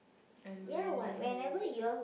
I'm really hey